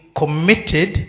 committed